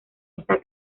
está